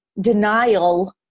denial